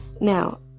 Now